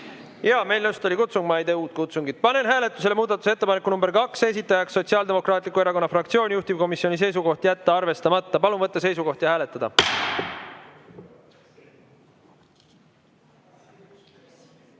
Jaa, meil just oli kutsung, ma ei tee uut kutsungit. Panen hääletusele muudatusettepaneku nr 2, esitajaks Sotsiaaldemokraatliku Erakonna fraktsioon, juhtivkomisjoni seisukoht on jätta arvestamata. Palun võtta seisukoht ja hääletada!